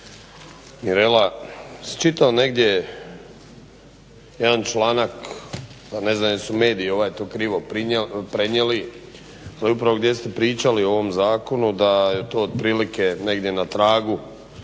Mirela čitao sam negdje jedan članak pa ne znam jesu li mediji to krivo prenijeli, ali upravo gdje ste pričali o ovom zakonu da je to otprilike negdje na tragu